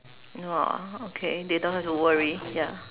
no ah okay they don't have to worry ya